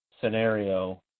scenario